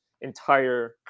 entire